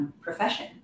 profession